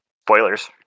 Spoilers